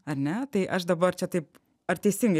ar ne tai aš dabar čia taip ar teisingai